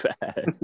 bad